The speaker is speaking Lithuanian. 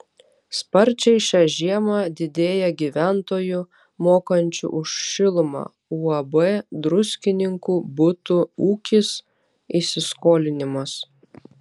sparčiai šią žiemą didėja gyventojų mokančių už šilumą uab druskininkų butų ūkis įsiskolinimas